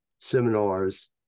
seminars